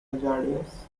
hazardous